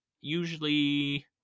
usually